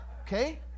okay